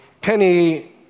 Penny